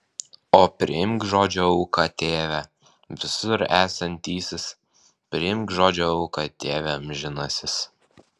o priimk žodžio auką tėve visur esantysis priimk žodžio auką tėve amžinasis